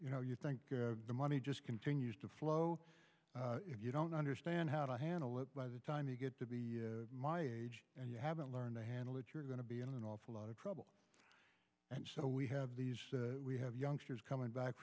you know you think the money just continues to flow if you don't understand how to handle it by the time you get to be my age and you haven't learned to handle it you're going to be in an awful lot of trouble and so we have these we have youngsters coming back